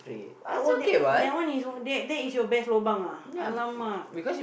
ah what that one is that that is your best lobang ah !alamak!